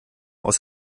aus